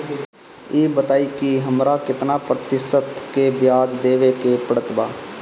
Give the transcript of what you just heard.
ई बताई की हमरा केतना प्रतिशत के ब्याज देवे के पड़त बा?